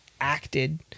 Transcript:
acted